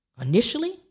Initially